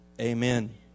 Amen